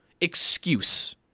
excuse